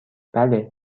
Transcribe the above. بله